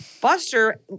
Buster